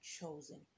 chosen